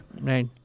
right